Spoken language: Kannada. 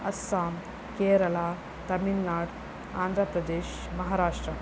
ಅಸ್ಸಾಮ್ ಕೇರಳ ತಮಿಳುನಾಡು ಆಂಧ್ರಪ್ರದೇಶ ಮಹಾರಾಷ್ಟ್ರ